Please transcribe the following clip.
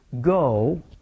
Go